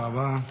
תודה רבה.